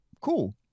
cool